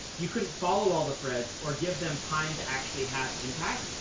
you couldn't follow all the threads or give them time to actually have impact,